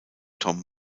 tom